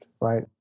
Right